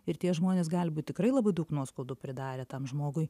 ir tie žmonės gali būt tikrai labai daug nuoskaudų pridarę tam žmogui